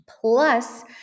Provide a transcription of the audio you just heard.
Plus